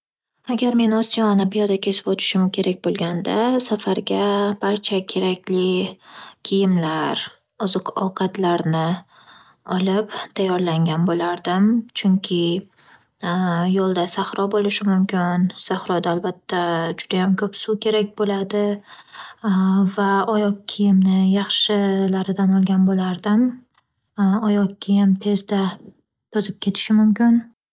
Agar men Osiyoni piyoda kesib o'tishim kerak bo'lganda, safarga barcha kerakli kiyimlar, oziq-ovqatlarni olib tayyorlangan bo'lardim. Chunki yo'lda sahro bo'lishi mumkin. Sahroda albatta judayam ko'p suv kerak bo'ladi va oyoq kiyimni yaxshilaridan olgan bo'lardim. Oyoq kiyim tezda to'zib ketishi mumkin.